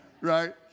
Right